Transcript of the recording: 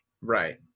Right